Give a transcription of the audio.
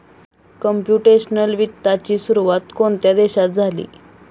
Computational वित्ताची सुरुवात कोणत्या देशात झाली?